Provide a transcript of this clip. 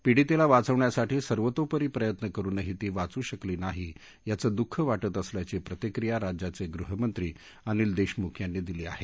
पीडितेला वाचवण्यासाठी सर्वतोपरी प्रयत्न करूनही ती वाचू शकली नाही याचं दुःख वाटतं असल्याची प्रतिक्रिया राज्याचे गृहमंत्री अनिल देशमुख यांनी दिली आहे